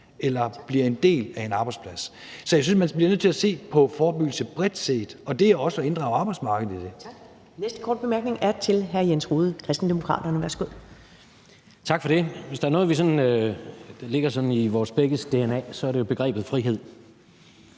eller bliver en del af en arbejdsplads. Så jeg synes, man bliver nødt til at se på forebyggelse bredt set, og det er også at inddrage arbejdsmarkedet i det.